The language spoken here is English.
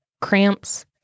cramps